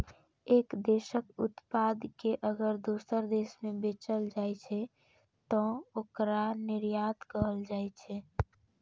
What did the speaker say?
एक देशक उत्पाद कें अगर दोसर देश मे बेचल जाइ छै, तं ओकरा निर्यात कहल जाइ छै